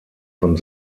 von